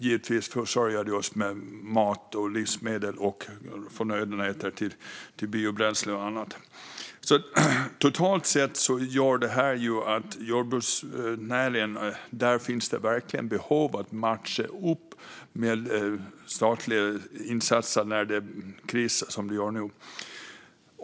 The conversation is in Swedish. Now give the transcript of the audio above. Givetvis försörjer det oss också med mat, livsmedel och förnödenheter till biobränsle och annat. Totalt sett gör detta att det verkligen finns behov av att matcha upp med statliga insatser i jordbruksnäringen när det krisar som det gör nu.